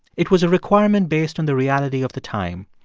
it was a requirement based on the reality of the time.